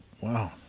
wow